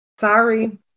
sorry